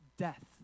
Death